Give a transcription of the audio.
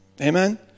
Amen